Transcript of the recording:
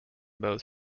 both